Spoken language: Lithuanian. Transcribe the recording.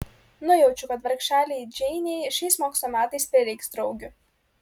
nujaučiu kad vargšelei džeinei šiais mokslo metais prireiks draugių